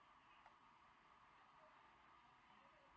uh